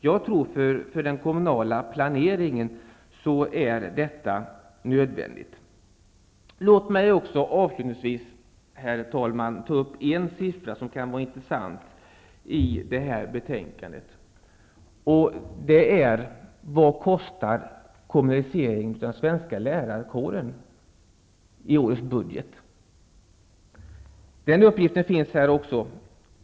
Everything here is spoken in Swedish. Jag tror att detta är nödvändigt för den kommunala planeringen. Låt mig avslutningsvis, herr talman, ta upp en siffra i betänkandet som kan vara intressant. Vad kostar kommunaliseringen av den svenska lärarkåren i årets budget? Den uppgiften finns här också.